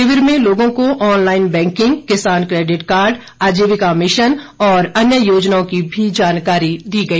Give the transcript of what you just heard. शिविर में लोगों को ऑनलाइन बैंकिंग किसान क्रेडिट कार्ड आजीविका मिशन और अन्य योजनाओं की भी जानकारी दी गई